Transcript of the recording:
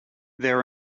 there